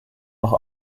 auch